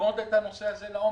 ללמוד את הנושא הזה לעומק.